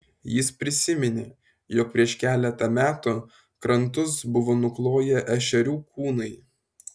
jis prisiminė jog prieš keletą metų krantus buvo nukloję ešerių kūnai